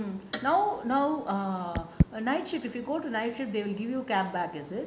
mm now now err night shift if you go to night shift they will give you cab back is it